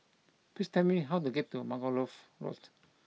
please tell me how to get to Margoliouth Road